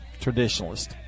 traditionalist